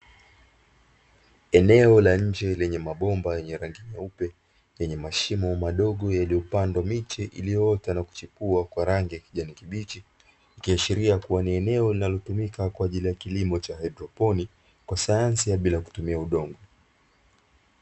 Eneo la nje lenye mabomba yenye rangi nyeupe, yenye mashimo madogo yaliyopandwa miche yaliyoota na kuchepua kwa rangi ya kijani kibichi. Ikiashiria kuwa ni eneo linalotumika kwa ajili ya kilimo cha haidroponiki kwa sayansi ya bila kutumia udongo.